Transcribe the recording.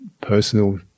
personal